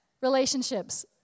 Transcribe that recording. Relationships